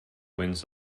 wins